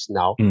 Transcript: now